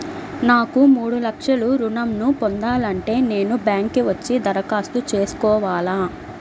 నాకు మూడు లక్షలు ఋణం ను పొందాలంటే నేను బ్యాంక్కి వచ్చి దరఖాస్తు చేసుకోవాలా?